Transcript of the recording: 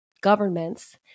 governments